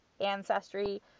Ancestry